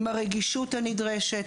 עם הרגישות הנדרשת,